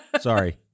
Sorry